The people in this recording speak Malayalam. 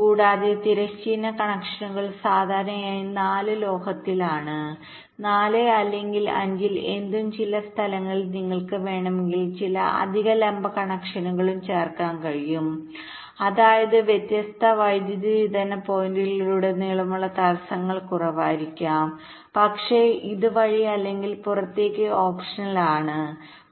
കൂടാതെ തിരശ്ചീന കണക്ഷനുകൾ സാധാരണയായി 4 ലോഹത്തിലാണ് 4 അല്ലെങ്കിൽ 5 ൽ എന്തും ചില സ്ഥലങ്ങളിൽ നിങ്ങൾക്ക് വേണമെങ്കിൽ ചില അധിക ലംബ കണക്ഷനുകളും ചേർക്കാൻ കഴിയും അതായത് വ്യത്യസ്ത വൈദ്യുതി വിതരണ പോയിന്റുകളിലുടനീളമുള്ള തടസ്സങ്ങൾ കുറവായിരിക്കാം പക്ഷേ ഇത് വഴി അല്ലെങ്കിൽ പുറത്തേക്ക് ഓപ്ഷണൽ ആണ്